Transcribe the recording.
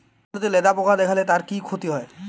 আলুতে লেদা পোকা দেখালে তার কি ক্ষতি হয়?